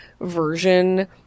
version